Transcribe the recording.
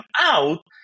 out